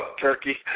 turkey